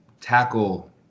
tackle